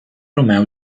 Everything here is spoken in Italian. romeo